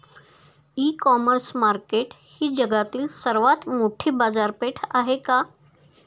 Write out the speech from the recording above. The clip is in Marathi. इ कॉमर्स मार्केट ही जगातील सर्वात मोठी बाजारपेठ आहे का?